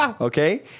Okay